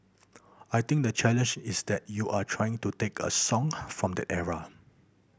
I think the challenge is that you are trying to take a song from that era